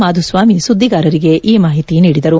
ಮಾಧುಸ್ವಾಮಿ ಸುದ್ದಿಗಾರರಿಗೆ ಮಾಹಿತಿ ನೀಡಿದರು